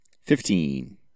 Fifteen